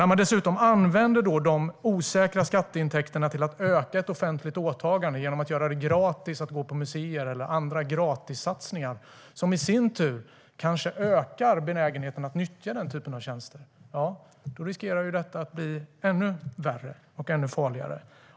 När man dessutom använder de osäkra skatteintäkterna till att öka de offentliga åtagandena genom att göra det gratis att gå på museer och göra andra gratissatsningar, som i sin tur kanske ökar benägenheten att nyttja den typen av tjänster, riskerar detta att bli ännu värre och ännu farligare.